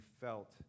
felt